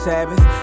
Sabbath